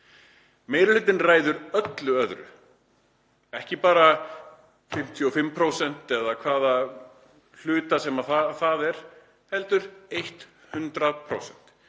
Meiri hlutinn ræður öllu öðru, ekki bara 55% eða hvaða hluta sem það er, heldur 100%.